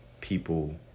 people